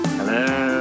Hello